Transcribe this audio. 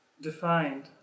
defined